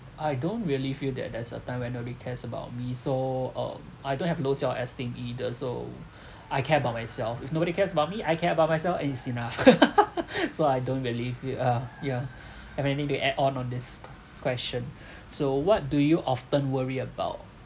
I don't really feel that there's a time when nobody cares about me so um I don't have low self-esteem either so I care about myself if nobody cares about me I care about myself is enough so I don't believe it ugh yeah have anything to add on on this question so what do you often worry about